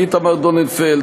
איתמר דוננפלד,